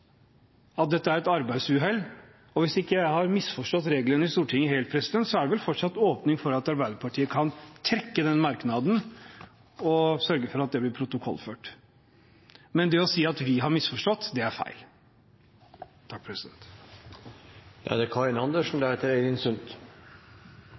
at dette er et arbeidsuhell. Hvis jeg ikke har misforstått reglene i Stortinget helt, er det vel fortsatt åpning for at Arbeiderpartiet kan trekke den merknaden og sørge for at det blir protokollført. Men å si at vi har misforstått, er feil.